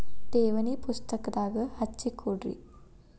ಠೇವಣಿ ಪುಸ್ತಕದಾಗ ಹಚ್ಚಿ ಕೊಡ್ರಿ